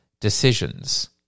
decisions